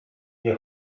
nie